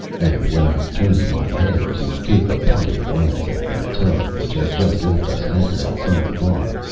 and when i turned my head to take a parting glance at the tug which had just left us anchored outside the bar,